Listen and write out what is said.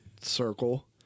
circle